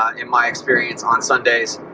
in my experience on sundays.